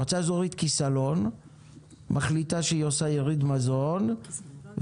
המועצה האזורית כסלון מחליטה שהיא עושה יריד מזון והיא